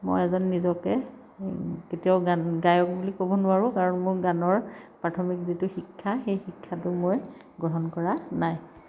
মই এজন নিজকে কেতিয়াও গান গায়ক বুলি ক'ব নোৱাৰোঁ কাৰণ মোৰ গানৰ প্ৰাথমিক যিটো শিক্ষা সেই শিক্ষাটো মই গ্ৰহণ কৰা নাই